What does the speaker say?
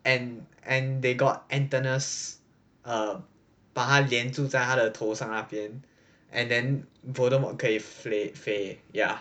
and and they got antennas err 把他黏住在他头上那边 and then voldemort 可以 flay~ 飞 ya